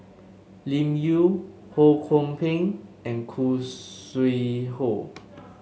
Lim Yau Ho Kwon Ping and Khoo Sui Hoe